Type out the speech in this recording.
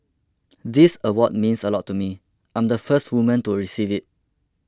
this award means a lot to me I'm the first woman to receive it